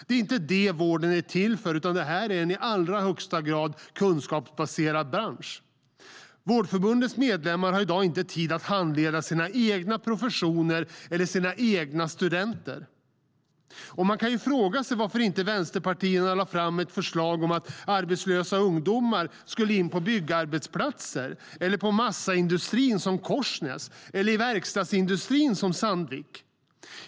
Det är inte det vården är till för, utan det är en i allra högsta grad kunskapsbaserad bransch. Vårdförbundets medlemmar har i dag inte tid att handleda sina egna professioner eller sina egna studenter. Man kan fråga sig varför vänsterpartierna inte lade fram ett förslag om att arbetslösa ungdomar skulle in på byggarbetsplatser, i massaindustrin som Korsnäs eller i verkstadsindustrin som Sandvik.